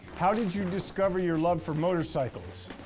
how did you discover your love for motorcycles?